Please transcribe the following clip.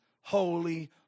holy